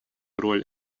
роль